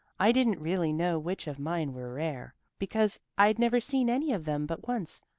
i didn't really know which of mine were rare, because i'd never seen any of them but once,